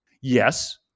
Yes